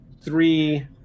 three